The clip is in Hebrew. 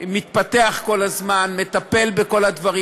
לצד מדינה פלסטינית מפורזת תהיה מדינה